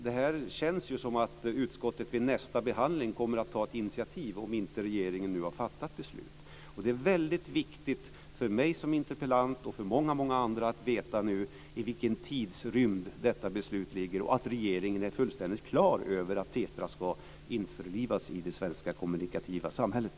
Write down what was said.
Det känns som om utskottet vid nästa behandling kommer att ta ett initiativ om inte regeringen nu har fattat beslut. Det är väldigt viktigt för mig som interpellant och för många andra att veta i vilken tidsrymd detta beslut ligger och att regeringen är fullständigt klar över att TETRA ska införlivas i det svenska kommunikativa samhället.